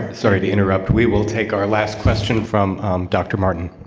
sorry to interrupt. we will take our last question from dr. martin.